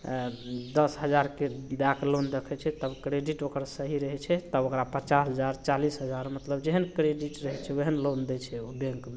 दस हजारके दैके लोन देखै छै तब क्रेडिट ओकर सही रहै छै तब ओकरा पचास हजार चालिस हजार मतलब जेहन क्रेडिट रहै छै ओहन लोन दै छै ओ बैँकमे